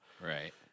Right